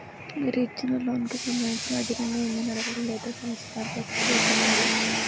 మీరు ఇచ్చిన లోన్ కి సంబందించిన వడ్డీని నేను ఎన్ని నెలలు లేదా సంవత్సరాలలోపు తిరిగి కట్టాలి?